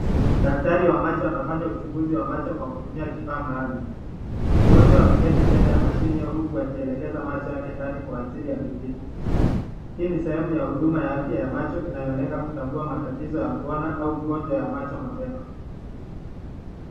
Daktari wa macho anafanya uchunguzi wa macho kwa kutumia kifaa maalum. Mgonjwa amaketi mbele ya mashine huku akielekeza macho yake ndani kwa ajili ya vipimo. Hii ni sehemu ya huduma ya afya ya macho inayolenga kutambua matatizo ya kuona au ugonjwa ya macho mapema.